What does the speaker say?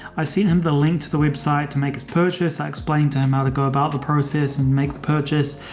i seen him the link to the website to make his purchase. i explained to him ah to go about the process and make the purchase.